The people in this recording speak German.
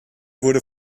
wurde